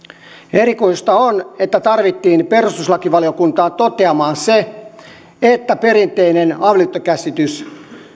erikoista on että tarvittiin perustuslakivaliokuntaa toteamaan se että perinteinen avioliittokäsitys